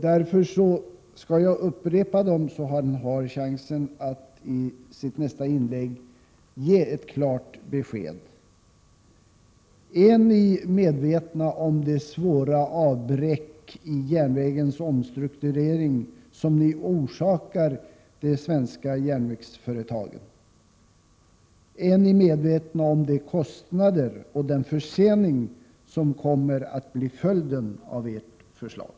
Därför skall jag upprepa dem, så att han har chansen att i sitt nästa inlägg ge klart besked: Är ni medvetna om det svåra avbräck beträffande järnvägens omstrukturering som ni orsakar de svenska järnvägsföretagen? Är ni medvetna om de kostnader och den försening som kommer att bli följden av ert förslag?